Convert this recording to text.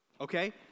Okay